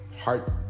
heart